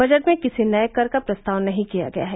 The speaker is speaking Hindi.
बजट में किसी नये कर का प्रस्ताव नहीं किया गया है